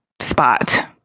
spot